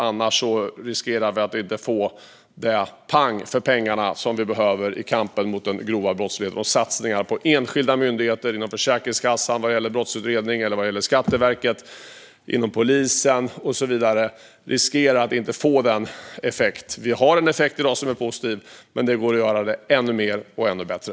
Annars riskerar vi att inte få det "pang" för pengarna som vi behöver i kampen mot den grova brottsligheten. Satsningar på enskilda myndigheter vad gäller brottsutredningar, till exempel Försäkringskassan, Skatteverket eller polisen, riskerar att inte få effekt. Det finns en positiv effekt i dag, men det går att göra ännu mer ännu bättre.